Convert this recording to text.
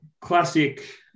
classic